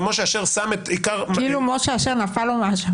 ומשה אשר שם את עיקר --- משה אשר נפל לו מהשמיים.